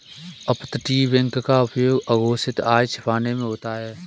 अपतटीय बैंक का उपयोग अघोषित आय छिपाने में होता है